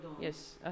Yes